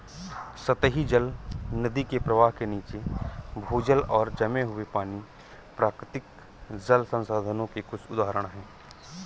सतही जल, नदी के प्रवाह के नीचे, भूजल और जमे हुए पानी, प्राकृतिक जल संसाधनों के कुछ उदाहरण हैं